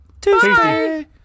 Tuesday